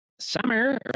summer